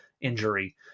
injury